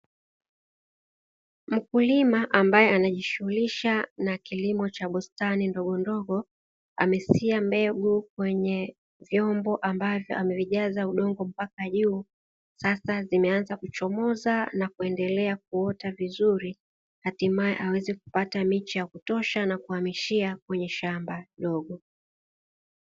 Mkulima ambaye anajishughulisha na kilimo cha bustani ndogondogo, amezitia mbegu kwenye vyombo ambavyo amevijaza udongo mpaka juu, sasa zimeanza kuchomoza na kuendelea kuota vizuri hatimae aweze kupata miche ya kutosha na kuhamishia kwenye shamba dogo.